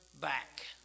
back